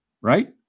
right